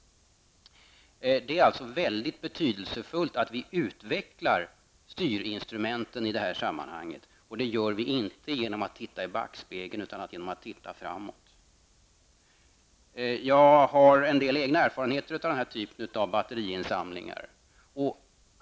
Det är mycket betydelsefullt att vi utvecklar styrinstrumenten i det här sammanhanget, och det gör vi inte genom att titta i backspegeln utan att genom att se framåt. Jag har en del egna erfarenheter av den här typen av batteriinsamlingar.